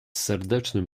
serdecznym